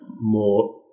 more